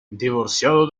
divorciado